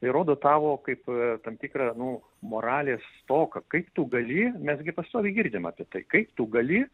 ir rodo tavo kaip tam tikrą nu moralės stoką kaip tu gali mes gi pastoviai girdim apie tai kaip tu gali